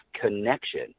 connection